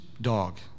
dog